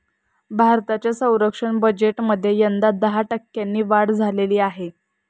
भारताच्या संरक्षण बजेटमध्ये यंदा दहा टक्क्यांनी वाढ झालेली आहे